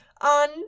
on